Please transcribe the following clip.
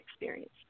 experience